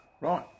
Right